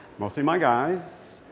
mostly my guys.